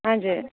हजुर